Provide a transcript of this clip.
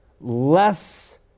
less